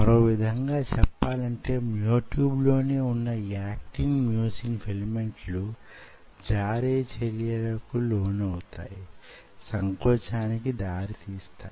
మరో విధంగా చెప్పాలంటే మ్యో ట్యూబ్ లోనే వున్న యాక్టిన్ మ్యోసిన్ ఫిలమెంట్ లు జారే చర్యలకు లోనవుతాయి సంకొచానికి దారి తీస్తాయి